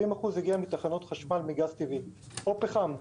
70% יגיע מתחנות חשמל מגז טבעי או פחם,